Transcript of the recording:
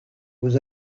vous